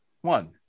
one